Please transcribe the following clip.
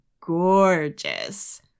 gorgeous